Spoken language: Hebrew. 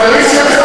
עם חברים שלך?